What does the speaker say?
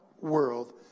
world